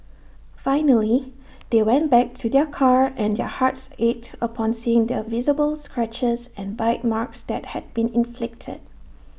finally they went back to their car and their hearts ached upon seeing the visible scratches and bite marks that had been inflicted